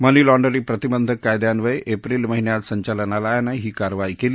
मनी laundering प्रतिबंधक कायद्यान्वये April महिन्यात संचालनालयानं ही कारवाई केली